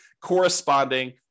corresponding